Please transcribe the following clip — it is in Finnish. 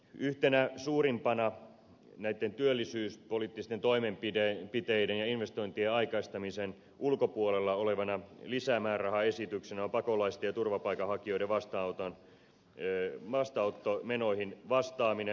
yhtenä suurimpana näitten työllisyyspoliittisten toimenpiteiden ja investointien aikaistamisen ulkopuolella olevana lisämäärärahaesityksenä on pakolaisten ja turvapaikanhakijoiden vastaanottomenoihin vastaaminen